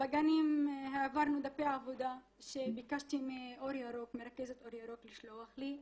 בגנים העברנו דפי עבודה שביקשתי ממרכזת אור ירוק לשלוח לי.